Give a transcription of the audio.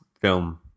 film